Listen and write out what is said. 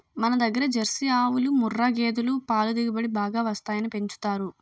మనదగ్గర జెర్సీ ఆవులు, ముఱ్ఱా గేదులు పల దిగుబడి బాగా వస్తాయని పెంచుతారు